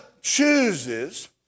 chooses